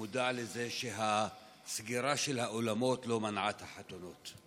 מודע לזה שהסגירה של האולמות לא מנעה את החתונות.